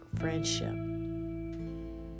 friendship